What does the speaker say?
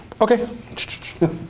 okay